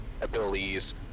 abilities